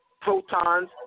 protons